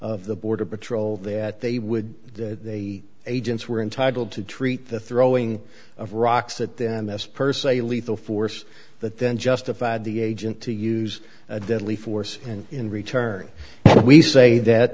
of the border patrol that they would the agents were entitled to treat the throwing of rocks at them as per se lethal force but then justified the agent to use deadly force and in return we say that